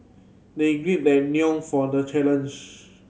they their for the challenge